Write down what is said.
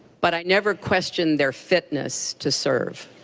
but i never questioned their fitness to serve.